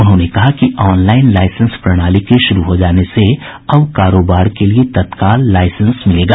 उन्होंने कहा कि ऑनलाइन लाइसेंस प्रणाली के शुरू हो जाने से अब कारोबार के लिये तत्काल मिलेगा